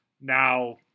Now